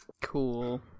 Cool